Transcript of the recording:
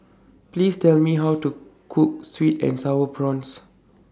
Please Tell Me How to Cook Sweet and Sour Prawns